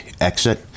exit